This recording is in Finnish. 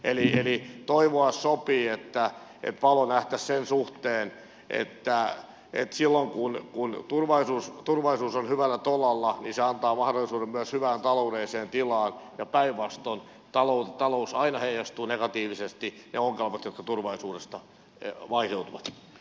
eli toivoa sopii että valoa nähtäisiin sen suhteen että silloin kun turvallisuus on hyvällä tolalla niin se antaa mahdollisuuden myös hyvään taloudelliseen tilaan ja päinvastoin talous aina heijastuu negatiivisesti ne ongelmat jotka turvallisuudessa vaikeutuvat